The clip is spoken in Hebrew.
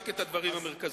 רק את הדברים המרכזיים.